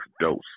dose